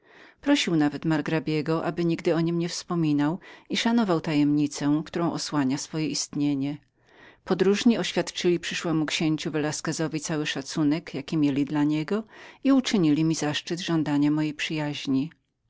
prosił go nawet aby nigdy o nim nie wspominał i szanował tajemnicę którą osłaniał swoje istnienie podróżni oświadczyli przyszłemu księciu velasquezowi cały szacunek jaki mieli dla niego i uczynili mi zaszczyt żądania mojej przyjaźni